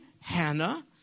Hannah